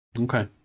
Okay